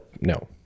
no